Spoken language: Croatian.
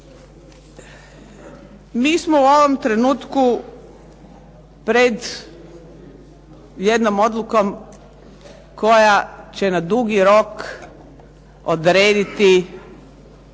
Mi smo u ovom trenutku pred jednom odlukom koja će na dugi rok odrediti